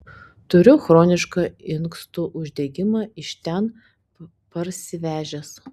turiu chronišką inkstų uždegimą iš ten parsivežęs